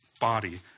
body